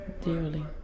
dearly